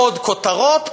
עוד כותרות,